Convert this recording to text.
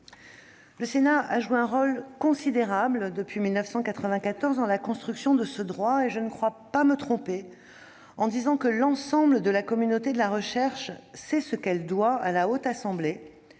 Le Sénat joue un rôle considérable, depuis 1994, dans la construction de ce droit, et je ne crois pas me tromper en affirmant que l'ensemble de la communauté de la recherche sait ce qu'elle doit à la Haute Assemblée,